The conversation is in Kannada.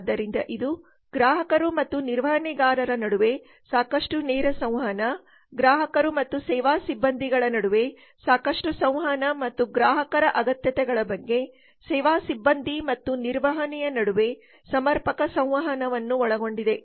ಆದ್ದರಿಂದ ಇದು ಗ್ರಾಹಕರು ಮತ್ತು ನಿರ್ವಹಣೆಗಾರರ ನಡುವೆ ಸಾಕಷ್ಟು ನೇರ ಸಂವಹನ ಗ್ರಾಹಕರು ಮತ್ತು ಸೇವಾ ಸಿಬ್ಬಂದಿಗಳ ನಡುವೆ ಸಾಕಷ್ಟು ಸಂವಹನ ಮತ್ತು ಗ್ರಾಹಕರ ಅಗತ್ಯತೆಗಳ ಬಗ್ಗೆ ಸೇವಾ ಸಿಬ್ಬಂದಿ ಮತ್ತು ನಿರ್ವಹಣೆಯ ನಡುವೆ ಸಮರ್ಪಕ ಸಂವಹನವನ್ನು ಒಳಗೊಂಡಿದೆ